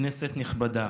כנסת נכבדה,